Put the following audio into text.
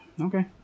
Okay